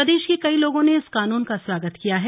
प्रदेश के कई लोगों ने इस कानून का स्वागत किया है